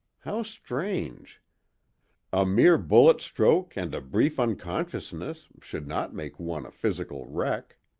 how strange a mere bullet stroke and a brief unconsciousness should not make one a physical wreck.